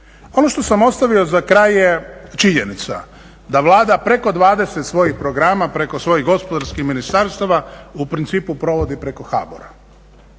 Ono što sam ostavio za kraj je činjenica da Vlada preko 20 svojih programa, preko svojih gospodarskih ministarstava u principu provodi preko HBOR-a.